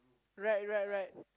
right right right